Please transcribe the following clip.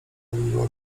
odbyło